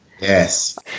Yes